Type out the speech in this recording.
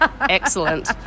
Excellent